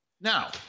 Now